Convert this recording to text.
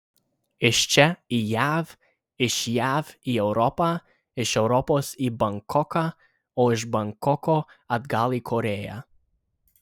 iš čia į jav iš jav į europą iš europos į bankoką o iš bankoko atgal į korėją